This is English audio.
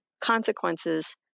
consequences